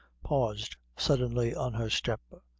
paused suddenly on her step,